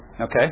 okay